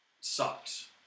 sucks